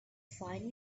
find